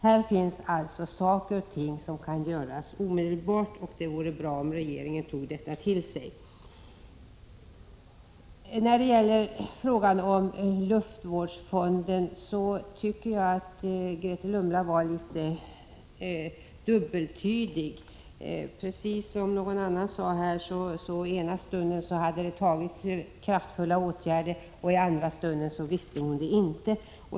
Det finns alltså saker som kan göras omedelbart, och det vore bra om regeringen tog detta till sig. När det gäller luftvårdsfonden tycker jag att Grethe Lundblad var litet dubbeltydig. Precis som någon annan sade: I ena stunden hade det vidtagits kraftfulla åtgärder, men i andra stunden visste hon inte.